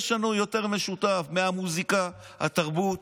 יש לנו יותר משותף, מהמוזיקה, התרבות,